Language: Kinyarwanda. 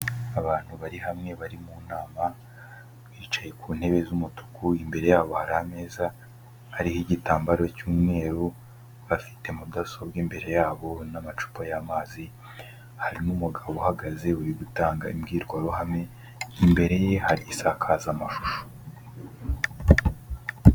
Abantu bari hamwe bari mu nama, bicaye ku ntebe z'umutuku, imbere yabo hari ameza, hariho igitambaro cy'umweru, bafite mudasobwa imbere yabo n'amacupa y'amazi, hari n'umugabo uhagaze uri gutanga imbwirwaruhame, imbere ye hari isakazaamashusho.